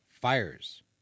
fires